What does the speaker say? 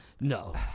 No